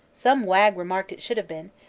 some wag remarked it should have been,